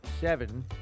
seven